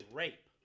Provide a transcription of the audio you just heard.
rape